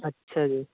ਅੱਛਾ ਜੀ